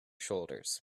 shoulders